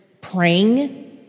praying